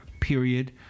period